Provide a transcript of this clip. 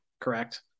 correct